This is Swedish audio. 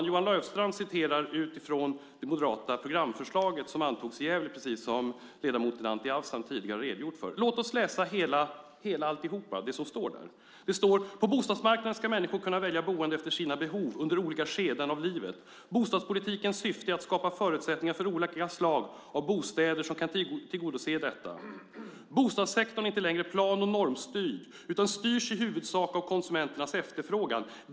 Johan Löfstrand citerar utifrån det moderata programförslaget som antogs i Gävle, precis som ledamoten Anti Avsan tidigare redogjorde för. Låt oss läsa mer av det som står där. Det står: "På bostadsmarknaden ska människor kunna välja boende efter sina behov under olika skeden av livet. Bostadspolitikens syfte är att skapa förutsättningar för olika slag av bostäder som kan tillgodose detta. Bostadssektorn är inte längre plan och normstyrd utan styrs i huvudsak av konsumenternas efterfrågan.